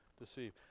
deceive